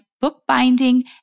bookbinding